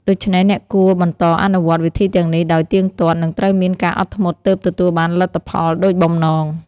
ដូច្នេះអ្នកគួរបន្តអនុវត្តវិធីទាំងនេះដោយទៀងទាត់ និងត្រូវមានការអត់ធ្មត់ទើបទទួលបានលទ្ធផលដូចបំណង។